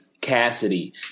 Cassidy